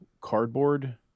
Cardboard